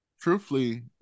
truthfully